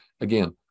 again